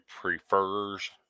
prefers